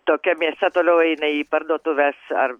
tokia mėsa toliau eina į parduotuves ar